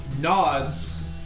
nods